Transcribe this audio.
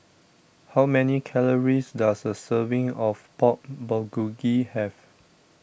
how many calories does a serving of Pork Bulgogi have